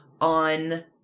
on